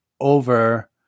over